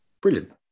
Brilliant